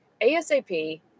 ASAP